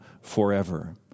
forever